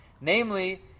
Namely